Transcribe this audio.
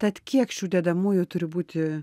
tad kiek šių dedamųjų turi būti